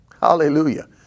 Hallelujah